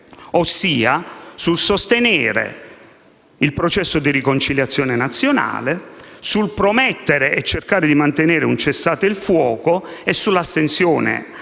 ossia sul sostenere il processo di riconciliazione nazionale, sul promettere e cercare di mantenere il cessate il fuoco, sull'astensione